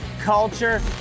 culture